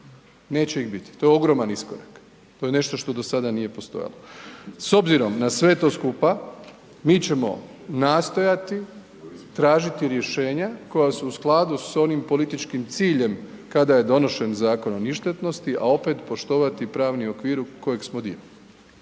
neće ih biti, to je ogroman iskorak, to je nešto što do sada nije postojalo. S obzirom na sve to skupa mi ćemo nastojati tražiti rješenja koja su u skladu s onim političkim ciljem kada je donošen Zakon o ništetnosti, a opet poštovati pravni okvir kojeg smo dio i